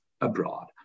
abroad